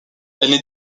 n’est